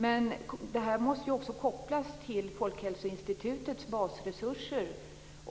Men det här måste också kopplas till Folkhälsoinstitutets basresurser.